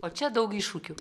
o čia daug iššūkių